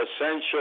Essential